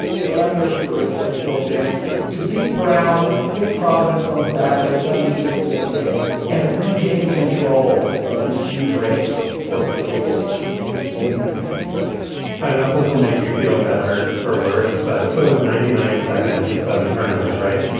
damn your heuristics bill james to beat brown in providence on saturday seventy three to sixty eight and regain control of the huge race for fourth place in the ivy league i don't know if this will make you feel better or worse, but so is ninety nine seconds and seven turnovers, right?